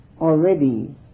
already